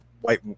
white